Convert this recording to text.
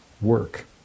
work